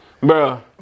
Bro